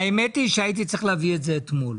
האמת היא שהייתי צריך להביא את זה אתמול.